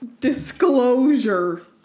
Disclosure